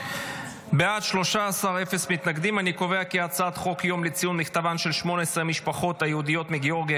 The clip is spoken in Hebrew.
להעביר את הצעת חוק יום לציון מכתבן של 18 המשפחות היהודיות מגאורגיה,